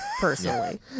personally